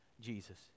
Jesus